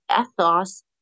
ethos